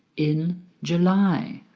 in july.